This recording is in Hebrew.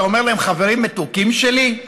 אתה אומר להם: חברים מתוקים שלי?